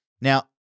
Now